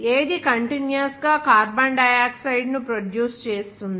ఏది కంటిన్యూయస్ గా కార్బన్ డయాక్సైడ్ను ప్రొడ్యూస్ చేస్తుంది